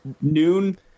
noon